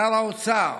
שר האוצר,